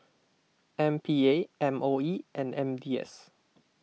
M P A M O E and M D I S